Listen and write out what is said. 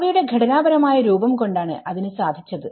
അവയുടെ ഘടനാപരമായ രൂപം കൊണ്ടാണ് അതിന് സാധിച്ചത്